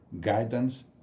guidance